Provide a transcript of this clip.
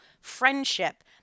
friendship